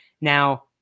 Now